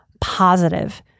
positive